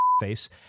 face